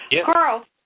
Carl